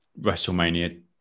WrestleMania